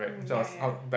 mm yeah yeah